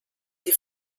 die